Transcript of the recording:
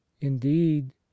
indeed